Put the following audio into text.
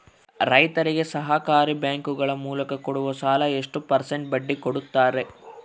ರೈತರಿಗೆ ಸಹಕಾರಿ ಬ್ಯಾಂಕುಗಳ ಮೂಲಕ ಕೊಡುವ ಸಾಲ ಎಷ್ಟು ಪರ್ಸೆಂಟ್ ಬಡ್ಡಿ ಕೊಡುತ್ತಾರೆ?